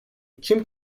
kim